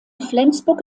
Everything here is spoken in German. flensburg